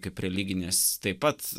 kaip religinės taip pat